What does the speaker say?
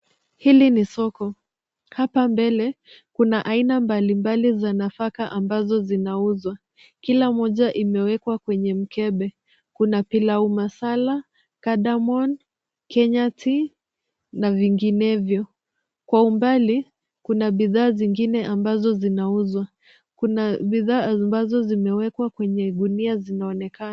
Hili ni soko. Hapa mbele kuna aina mbalimbali za nafaka ambazo zinauzwa. Kila moja imewekwa kwenye mkebe. Kuna pilau masala, cardamom , kenya tea na vinginevyo. Kwa umbali kuna bidhaa zingine ambazo zinauzwa. Kuna bidhaa ambazo zimewekwa kwenye gunia zinaonekana.